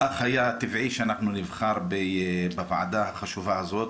אך היה טבעי שאנחנו נבחר בוועדה החשובה הזאת,